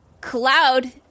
Cloud